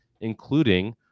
including